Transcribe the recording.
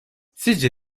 sizce